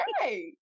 right